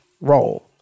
role